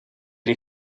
les